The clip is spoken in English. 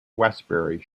westbury